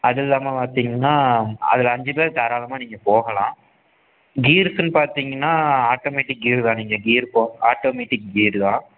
அது இல்லாமல் பார்த்திங்கன்னா அதில் அஞ்சு பேர் தாராளமாக நீங்கள் போகலாம் கீருக்குன்னு பார்த்திங்கன்னா ஆட்டோமேட்டிக் கீர் தான் நீங்கள் கீர் ஆட்டோமேட்டிக் கீர் தான்